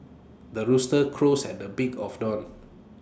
the rooster crows at the beak of dawn